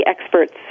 experts